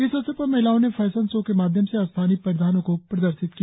इस अवसर पर महिलाओं ने फैशन शो के माध्यम से स्थानीय परिधानों को प्रदर्शित किया